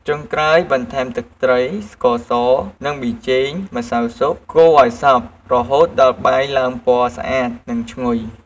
ចុងក្រោយ ថែមទឹកត្រី ស្ករស និងប៊ីចេង ម្សៅស៊ុប កូរឱ្យសព្វ រហូតដល់បាយឡើងពណ៌ស្អាត និងឈ្ងុយ។